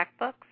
checkbooks